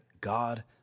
God